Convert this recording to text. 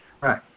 Right